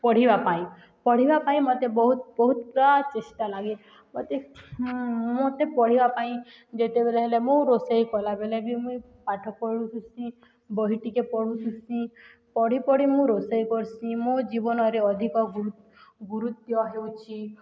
ପଢ଼ିବା ପାଇଁ ପଢ଼ିବା ପାଇଁ ମୋତେ ବହୁତ ବହୁତ ପୁରା ଚେଷ୍ଟା ଲାଗେ ମୋତେ ମୋତେ ପଢ଼ିବା ପାଇଁ ଯେତେବେଲେ ହେଲେ ମୁଁ ରୋଷେଇ କଲାବେଲେ ବି ମୁଇଁ ପାଠ ପଢ଼ୁଥୁସି ବହି ଟିକେ ପଢ଼ୁଥୁସି ପଢ଼ି ପଢ଼ି ମୁଁ ରୋଷେଇ କର୍ସି ମୋ ଜୀବନରେ ଅଧିକ ଗୁରୁତ୍ୱ ହେଉଛି